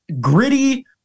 gritty